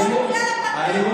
תודה רבה.